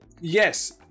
yes